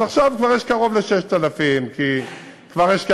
אז עכשיו יש כבר קרוב ל-6,000, כי כבר יש כ-4,000.